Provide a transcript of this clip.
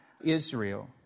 Israel